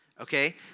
okay